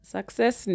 Success